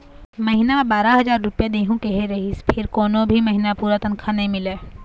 महिना म बारा हजार रूपिया देहूं केहे रिहिस फेर कोनो भी महिना पूरा तनखा नइ मिलय